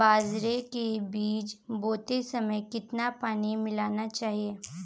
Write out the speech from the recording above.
बाजरे के बीज बोते समय कितना पानी मिलाना चाहिए?